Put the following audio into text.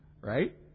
Right